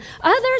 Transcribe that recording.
Others